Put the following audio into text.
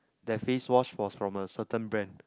that face wash was from a certain brand